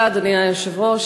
אדוני היושב-ראש,